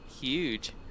huge